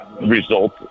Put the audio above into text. result